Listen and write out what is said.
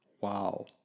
Wow